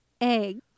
egg